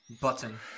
button